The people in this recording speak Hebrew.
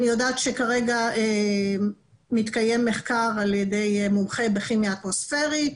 אני יודעת שכרגע מתקיים מחקר על ידי מומחה בכימיה אטמוספרית,